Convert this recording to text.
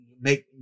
Make